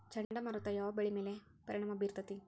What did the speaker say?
ಚಂಡಮಾರುತ ಯಾವ್ ಬೆಳಿ ಮ್ಯಾಲ್ ಪರಿಣಾಮ ಬಿರತೇತಿ?